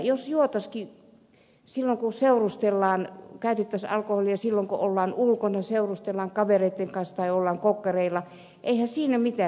jos juotaisiinkin silloin kun seurustellaan käytettäisiin alkoholia silloin kun ollaan ulkona seurustellaan kavereitten kanssa tai ollaan kokkareilla eihän siinä mitään